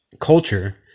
culture